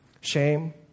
Shame